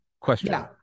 question